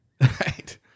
Right